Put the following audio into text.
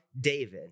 David